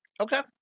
Okay